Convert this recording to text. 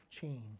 change